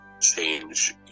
change